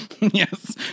Yes